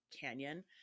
canyon